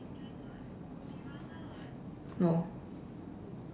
no